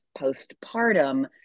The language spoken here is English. postpartum